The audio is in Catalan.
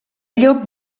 llop